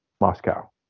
Moscow